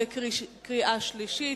קריאה שנייה וקריאה שלישית.